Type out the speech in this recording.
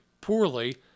poorly